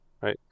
right